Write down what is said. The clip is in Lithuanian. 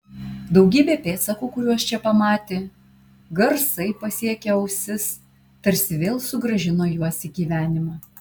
daugybė pėdsakų kuriuos čia pamatė garsai pasiekę ausis tarsi vėl sugrąžino juos į gyvenimą